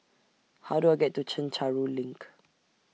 How Do I get to Chencharu LINK